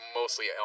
mostly